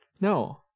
No